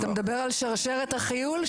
אתה מדבר על שרשרת החיול?